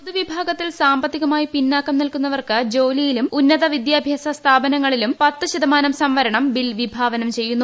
പൊതുവിഭാഗത്തിൽ സാമ്പത്തികമായി പിന്നാക്കം നിൽക്കുന്നവർക്ക് ജോലിയിലും ഉന്നത വിദ്യാഭ്യാസ സ്ഥാപനത്തിലും പത്ത് ശതമാനം സംവരണം ബിൽ വിഭാവനം ചെയ്യുന്നു